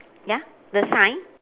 ya the sign